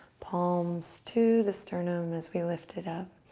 palms to the sternum as we lift it up.